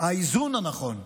האיזון הנכון.